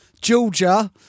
Georgia